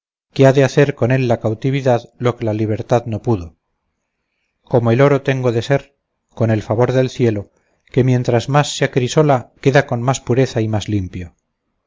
de hacer con él la cautividad lo que la libertad no pudo como el oro tengo de ser con el favor del cielo que mientras más se acrisola queda con más pureza y más limpio